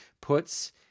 puts